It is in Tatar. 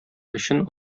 өчен